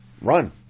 run